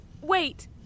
Wait